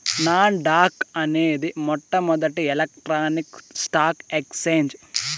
non dock అనేది మొట్టమొదటి electronic stock exchange